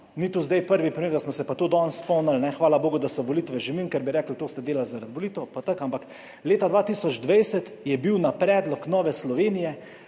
ni to zdaj prvi primer, da smo se pa tega danes spomnili, hvala bogu, da so volitve že mimo, ker bi rekli, to ste delali zaradi volitev pa tako. Leta 2020 je bila na predlog Nove Slovenije